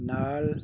ਨਾਲ